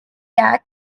act